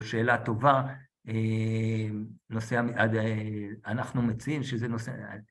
‫שאלה טובה, אנחנו מציעים שזה נושא...